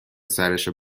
سرشو